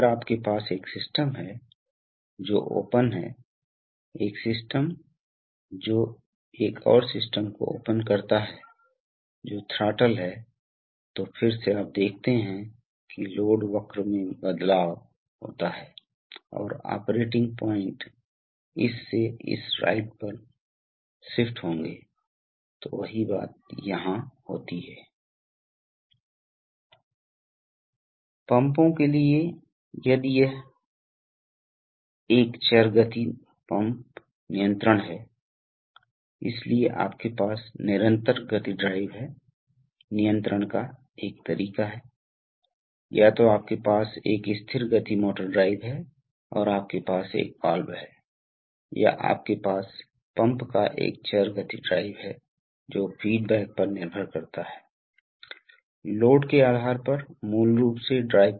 हमारे अगले व्याख्यान में यह दिशात्मक वाल्व कभी कभी उन्हें होना चाहिए उन्हें स्थानांतरित करना होगा आप जानते हैं हम दिशात्मक वाल्व को इस स्थिति से उस स्थिति में ले जाने के बारे में बात कर रहे थे इसलिए हम कैसे आगे बढ़ते हैं जैसे कि हाइड्रोलिक्स में वहाँ कई तरीके हैं जिससे आप मैनुअल कर सकते हैं जहाँ आप एक पुश बटन ले सकते हैं आप पास एक हाथ लीवर हो सकता है आपके पास एक फुट पेडल हो सकता है जो आपके पास है या कभी कभी बहुत बड़े वाल्वों के लिए जो हम कर सकते हैं उदाहरण के लिए यह आपके पास एक पायलट वाल्व है